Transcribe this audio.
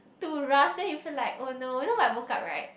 too rushed then you feel like oh no then when I woke up right